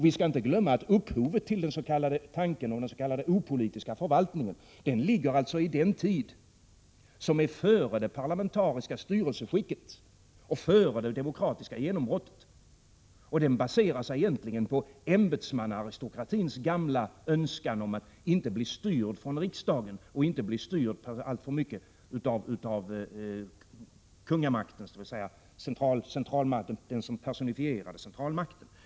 Vi skall inte glömma att upphovet till tanken på den s.k. opolitiska förvaltningen ligger i den tid som var före det parlamentariska styrelseskicket och före det demokratiska genombrottet, och den baserar sig egentligen på ämbetsmannaaristokratins gamla önskan att slippa bli alltför mycket styrd från riksdagen och av den av kungamakten personifierade centralmakten.